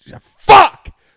fuck